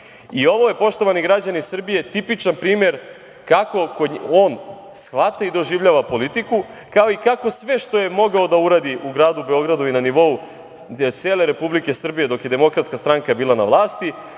više. Ovo je, poštovani građani Srbije, tipičan primer kako on shvata i doživljava politiku, kao i kako sve što je mogao da uradi u gradu Beogradu i na nivou cele Republike Srbije dok je DS bila na vlasti,